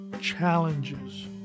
challenges